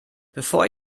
bevor